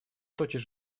тотчас